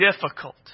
difficult